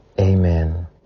Amen